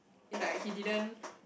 he like he didn't